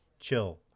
chill